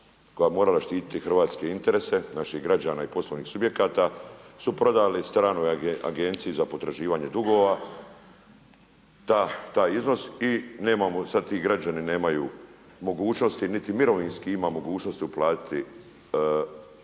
koja bi morala štititi hrvatske interese, naših građana i poslovnih subjekata su prodali stranoj agenciji za potraživanje dugova taj iznos i nemamo, sada ti građani nemaju mogućnosti niti mirovinski ima mogućnosti uplatiti